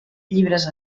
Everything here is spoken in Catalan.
llibres